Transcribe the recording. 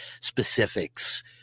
specifics